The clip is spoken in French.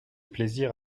plaisir